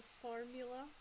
formula